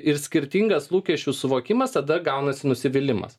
ir skirtingas lūkesčių suvokimas tada gaunasi nusivylimas